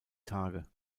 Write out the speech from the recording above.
tage